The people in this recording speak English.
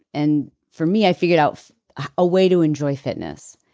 and for me i figured out a way to enjoy fitness.